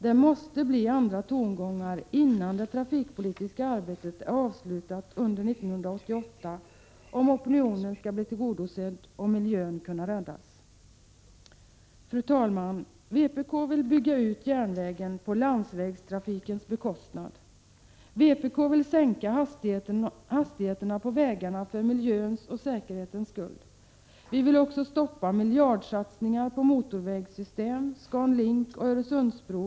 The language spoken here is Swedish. Det måste bli andra tongångar innan det trafikpolitiska arbetet är avslutat under 1988, om opinionens önskemål skall bli tillgodosedda och miljön skall kunna räddas. Fru talman! Vpk vill bygga ut järnvägstrafiken på landsvägstrafikens bekostnad. Vpk vill sänka hastigheterna på vägarna för miljöns och säkerhetens skull. Vi vill också stoppa miljardsatsningar på motorvägssys järnvägsupprustningar.